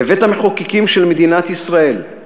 בבית-המחוקקים של מדינת ישראל,